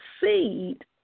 seed